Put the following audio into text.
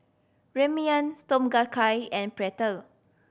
Ramyeon Tom Kha Gai and Pretzel